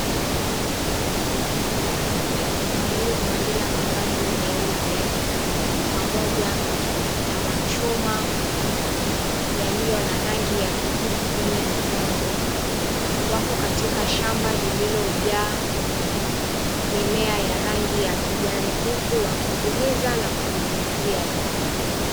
Wanaume waliovalia mavazi meupe pamoja na machuma yaliyo na rangi ya kijivu kwenye migongo wako katika shamba lililojaa mimea ya rangi ya kijani huku wakipuliza na kunyunyuzia dawa.